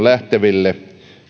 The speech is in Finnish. lähteville